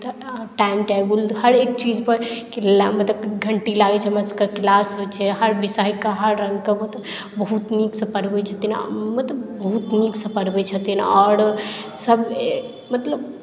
time table हरेक चीजपर मतलब घण्टी लागैत छै हमरासभके क्लास होइत छै हर विषयके हर रङ्गके मतलब बहुत नीकसँ पढ़बैत छथिन मतलब बहुत नीकसँ पढ़बैत छथिन आओर सभ मतलब